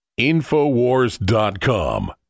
InfoWars.com